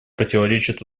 противоречит